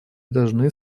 должны